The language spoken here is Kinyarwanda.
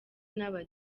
n’aba